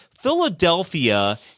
Philadelphia